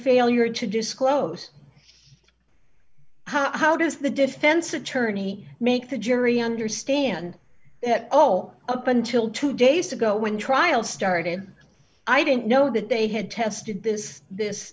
failure to disclose how does the defense attorney make the jury understand that oh up until two days ago when trial started i didn't know that they had tested this this